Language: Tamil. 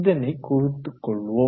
இதனை குறித்துக்கொள்வோம்